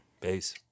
Peace